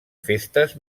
festes